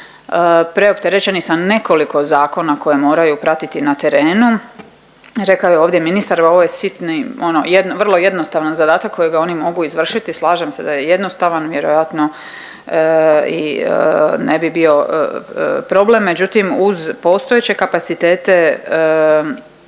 preopterećeni sa nekoliko zakona koje moraju pratiti na terenu, rekao je ovdje ministar ovo je sitni ono, vrlo jednostavan zadatak kojega oni mogu izvršiti. Slažem se da je jednostavan, vjerojatno i ne bi bio problem međutim uz postojeće kapacitete